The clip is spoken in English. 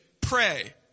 pray